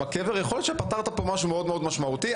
הקבר יכול להיות שתפתור כאן משהו משמעותי מאוד.